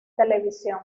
televisión